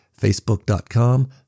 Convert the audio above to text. Facebook.com